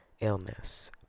illness